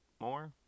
more